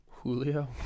Julio